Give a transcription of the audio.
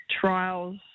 trials